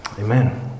amen